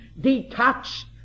detached